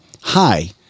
hi